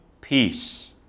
peace